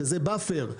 שזה באפר,